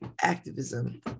activism